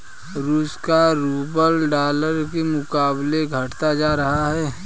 रूस का rouble dollar के मुकाबले घटता जा रहा है